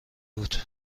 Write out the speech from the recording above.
بود